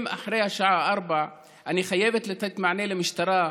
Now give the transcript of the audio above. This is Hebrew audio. גם אחרי השעה 16:00 אני חייבת לתת מענה למשטרה,